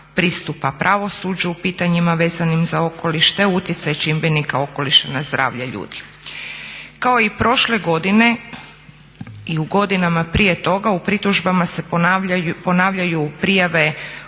pristupa pravosuđu u pitanjima vezanim za okoliš te utjecaj čimbenika okoliša na zdravlje ljudi. Kao i prošle godine i u godinama prije toga u pritužbama se ponavljaju prijave